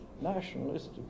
nationalistic